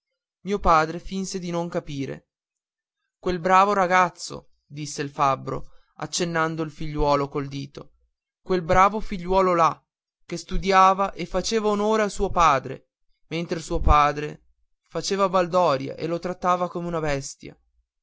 mio padre finse di non capire quel bravo ragazzo disse il fabbro accennando il figliuolo col dito quel bravo figliuolo là che studiava e faceva onore a suo padre mentre suo padre faceva baldoria e lo trattava come una bestia